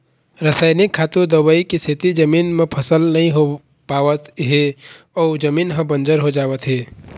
रसइनिक खातू, दवई के सेती जमीन म फसल नइ हो पावत हे अउ जमीन ह बंजर हो जावत हे